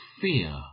fear